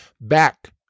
back